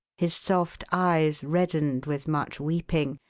his soft eyes reddened with much weeping,